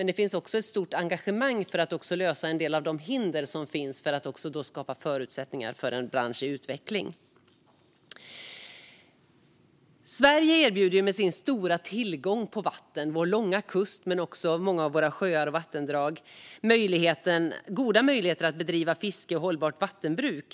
Det finns också ett stort engagemang för att lösa en del av de hinder som finns för att skapa förutsättningar för en bransch i utveckling. Sverige erbjuder med sin stora tillgång på vatten, sin långa kust och sina många sjöar och vattendrag goda möjligheter att bedriva fiske och hållbart vattenbruk.